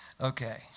Okay